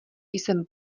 jsem